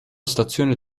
stazione